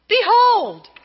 Behold